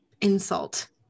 insult